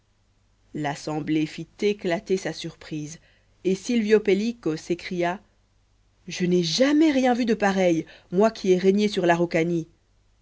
l'assemblée fit éclater sa surprise et silvio pellico s'écria je n'ai jamais rien vu de pareil moi qui ai régné sur